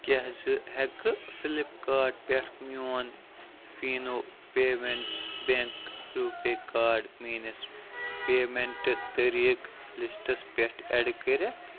کیٛاہ ژٕ ہیٚکہِ فِلِپ کارٹ پیٚٹھ میٛون فیٖنو پیٚمیٚنٛٹس بیٚنٛک رُپے کارٛڈ میٲنِس پیمنٹہٕ طٔریٖقہٕ لِسٹَس پیٚٹھ ایڈ کٔرِتھ؟